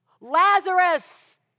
lazarus